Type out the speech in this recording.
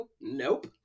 nope